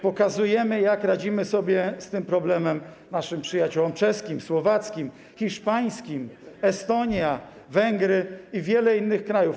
Pokazujemy, jak radzimy sobie z tym problemem, naszym przyjaciołom czeskim, słowackim, hiszpańskim, z Estonii, Węgier i wielu innych krajów.